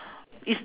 is